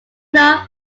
were